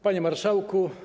Panie Marszałku!